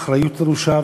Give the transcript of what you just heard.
האחריות הדרושה,